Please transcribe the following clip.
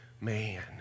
man